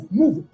move